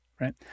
right